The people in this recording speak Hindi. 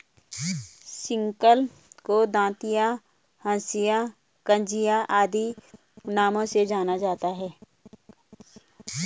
सिक्ल को दँतिया, हँसिया, कचिया आदि नामों से जाना जाता है